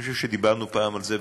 אני חושב שדיברנו על זה פעם,